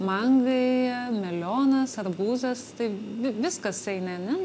mangai melionas arbūzas tai vi viskas eina ane